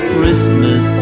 Christmas